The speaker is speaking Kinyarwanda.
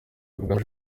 rwemeje